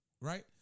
right